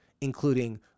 including